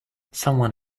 someone